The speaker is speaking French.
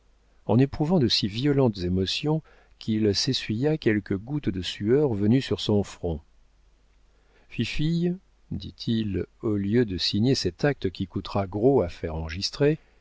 en éprouvant de si violentes émotions qu'il s'essuya quelques gouttes de sueur venues sur son front fifille dit-il au lieu de signer cet acte qui coûtera gros à faire